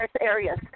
areas